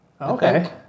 okay